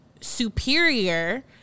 superior